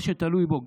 מה שתלוי בהם.